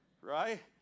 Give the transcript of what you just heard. Right